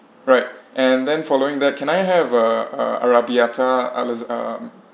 right and then following that can I have uh a arrabbiata um